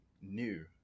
new